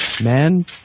Man